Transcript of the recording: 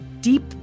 deep